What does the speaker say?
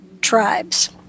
tribes